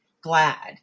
glad